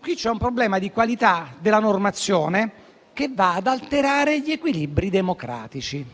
Qui c'è un problema di qualità della normazione che va ad alterare gli equilibri democratici.